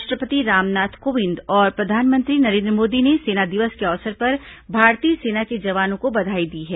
राष्ट्रपति रामनाथ कोविंद और प्रधानमंत्री नरेन्द्र मोदी ने सेना दिवस के अवसर पर भारतीय सेना के जवानों को बधाई दी है